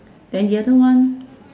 then the other one